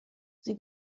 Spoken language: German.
sie